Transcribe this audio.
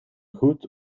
goed